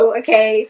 okay